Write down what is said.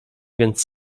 więc